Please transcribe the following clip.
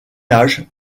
âge